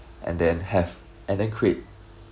and then have and then create